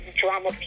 drama